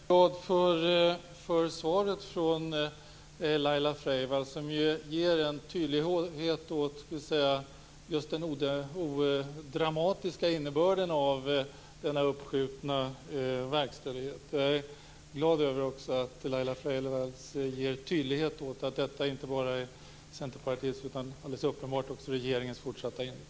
Fru talman! Jag är glad för svaret från Laila Freivalds. Det förtydligar just den odramatiska innebörden av den uppskjutna verkställigheten. Jag är glad över att Laila Freivalds förtydligat att detta inte bara är Centerpartiets utan alldeles uppenbarligen också regeringens fortsatta inriktning.